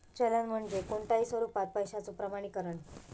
चलन म्हणजे कोणताही स्वरूपात पैशाचो प्रमाणीकरण